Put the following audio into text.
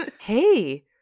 hey